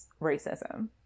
racism